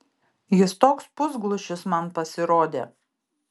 jis toks pusglušis man pasirodė